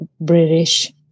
British